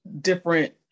different